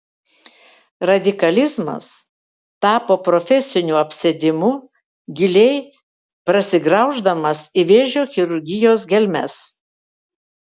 radikalizmas tapo profesiniu apsėdimu giliai prasigrauždamas į vėžio chirurgijos gelmes